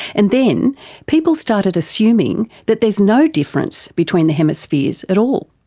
and then people started assuming that there's no difference between the hemispheres at all.